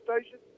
station